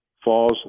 Falls